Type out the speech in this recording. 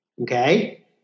okay